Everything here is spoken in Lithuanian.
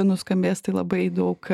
nuskambės tai labai daug